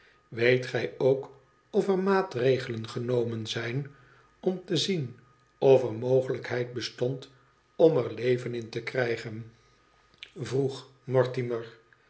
weet gij ook of er maatregelen genomen zijn om te zien of er mogelijkheid bestond om er leven in te krijgen vroeg mortimer